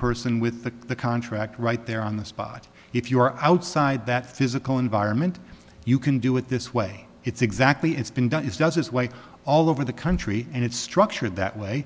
person with the contract right there on the spot if you are outside that physical environment you can do it this way it's exactly it's been done is does is white all over the country and it's structured that way